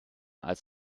als